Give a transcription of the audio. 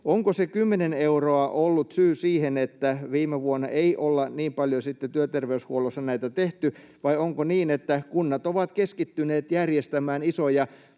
Onko se 10 euroa ollut syy siihen, että viime vuonna ei olla niin paljon työter-veyshuollossa näitä tehty, vai onko niin, että kunnat ovat keskittyneet järjestämään isoja